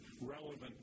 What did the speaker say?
relevant